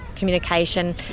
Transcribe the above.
communication